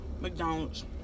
McDonald's